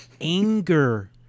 anger